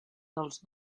dels